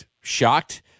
shocked